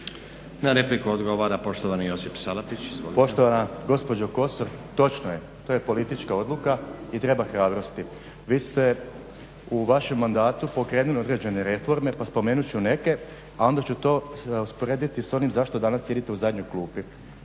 Salapić. Izvolite. **Salapić, Josip (HDSSB)** Poštovana gospođo Kosor, točno je to je politička odluka i treba hrabrosti. Vi ste u vašem mandatu pokrenuli određene reforme pa spomenuti ću neke a onda ću to usporediti s onim zašto danas sjedite u zadnjoj klupi.